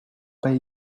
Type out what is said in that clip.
pas